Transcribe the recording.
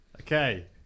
Okay